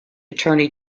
attorney